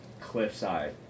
cliffside